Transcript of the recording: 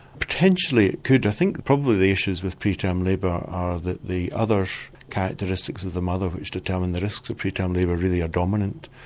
potentially it could. i think probably the issues with pre-term labour are that the other characteristics of the mother which determine the risks of pre-term labour really are dominant.